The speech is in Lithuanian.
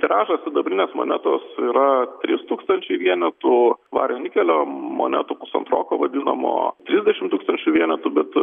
tiražas sidabrinės monetos yra trys tūkstančiai vienetų vario nikelio monetų pusantroko vadinamo trisdešimt tūkstančių vienetų bet